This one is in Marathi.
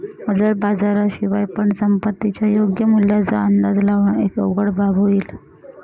हजर बाजारा शिवाय पण संपत्तीच्या योग्य मूल्याचा अंदाज लावण एक अवघड बाब होईल